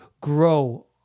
grow